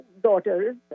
daughters